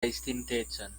estintecon